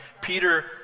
Peter